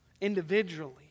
individually